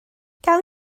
gawn